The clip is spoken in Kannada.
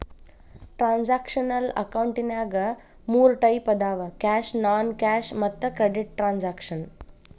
ಟ್ರಾನ್ಸಾಕ್ಷನಲ್ ಅಕೌಂಟಿನ್ಯಾಗ ಮೂರ್ ಟೈಪ್ ಅದಾವ ಕ್ಯಾಶ್ ನಾನ್ ಕ್ಯಾಶ್ ಮತ್ತ ಕ್ರೆಡಿಟ್ ಟ್ರಾನ್ಸಾಕ್ಷನ